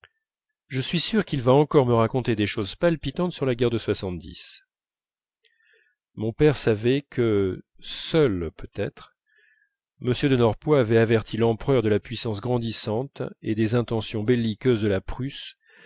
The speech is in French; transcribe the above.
je suis sûr qu'il va encore me raconter des choses palpitantes sur la guerre de mon père savait que seul peut-être m de norpois avait averti l'empereur de la puissance grandissante et des intentions belliqueuses de la prusse